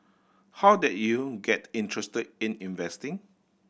how did you get interested in investing